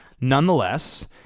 nonetheless